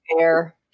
Air